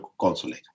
consulate